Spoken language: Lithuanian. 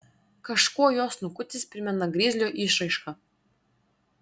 kažkuo jo snukutis primena grizlio išraišką